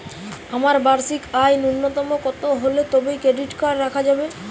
আমার বার্ষিক আয় ন্যুনতম কত হলে তবেই ক্রেডিট কার্ড রাখা যাবে?